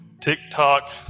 TikTok